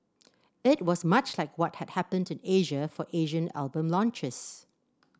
it was much like what had happened in Asia for Asian album launches